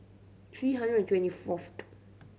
three hundred and twenty fourth